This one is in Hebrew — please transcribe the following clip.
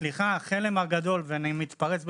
סליחה, הכלם הגדול ואני מתפרץ בכוונה,